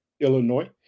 Illinois